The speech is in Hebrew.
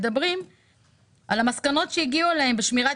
מדברים על המסקנות אליהן הגיעו בשמירת